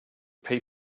pay